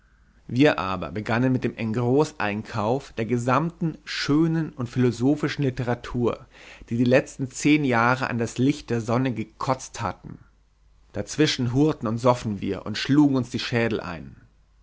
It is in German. wir aber begannen mit dem engroseinkauf der gesamten schönen und philosophischen litteratur die die letzten zehn jahre an das licht der sonne gekotzt hatten dazwischen hurten und soffen wir und schlugen uns die schädel ein